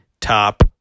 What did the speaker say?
top